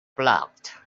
blocked